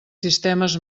sistemes